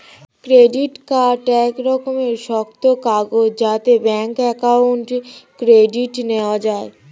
credit card এক রকমের শক্ত কাগজ যাতে ব্যাঙ্ক অ্যাকাউন্ট ক্রেডিট নেওয়া যায়